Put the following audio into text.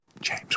James